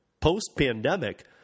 post-pandemic